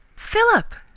philip!